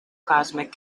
cosmic